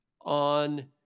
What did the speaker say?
on